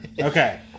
Okay